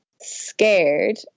scared